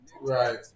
right